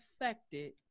affected